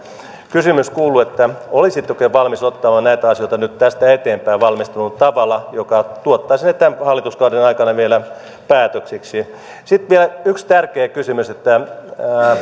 kysymys kuuluu olisitteko valmis ottamaan näitä asioita nyt tästä eteenpäin valmisteluun tavalla joka tuottaisi ne tämän hallituskauden aikana vielä päätöksiksi sitten vielä yksi tärkeä kysymys